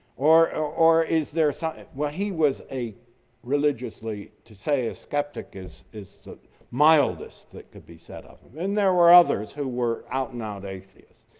or or is there well, he was a religiously to say skeptic is is the mildest that could be setup. and there were others who were out, not atheist.